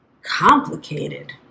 Complicated